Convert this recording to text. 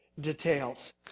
details